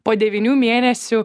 po devynių mėnesių